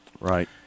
Right